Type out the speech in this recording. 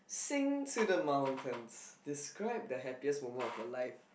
sing to the mountains describe the happiest moment of your life